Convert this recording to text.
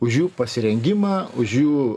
už jų pasirengimą už jų